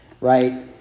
Right